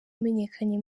wamenyekanye